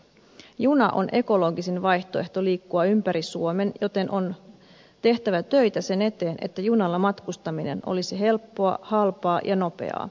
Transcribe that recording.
juna on ekologisin vaihtoehto liikkua ympäri suomen joten on tehtävä töitä sen eteen että junalla matkustaminen olisi helppoa halpaa ja nopeaa